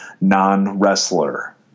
non-wrestler